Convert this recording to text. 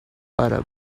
arab